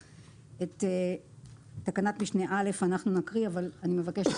אז את תקנת משנה א' נקריא אבל אני מבקשת